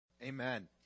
Amen